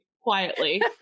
quietly